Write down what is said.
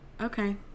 Okay